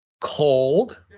cold